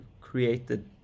created